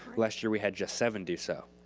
last year we had just seven do so.